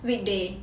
weekday